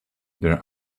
their